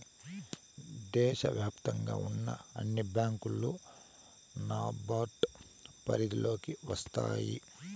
దేశ వ్యాప్తంగా ఉన్న అన్ని బ్యాంకులు నాబార్డ్ పరిధిలోకి వస్తాయి